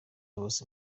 bose